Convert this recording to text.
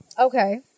okay